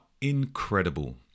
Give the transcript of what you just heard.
incredible